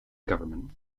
government